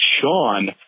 Sean